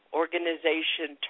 organization